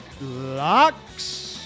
locks